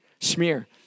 smear